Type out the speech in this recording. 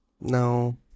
no